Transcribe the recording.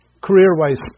career-wise